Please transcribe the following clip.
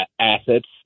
assets